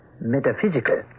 Metaphysical